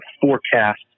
forecast